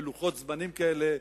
בלוחות זמנים כאלה,